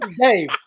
Dave